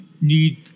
need